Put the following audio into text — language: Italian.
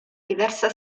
diversa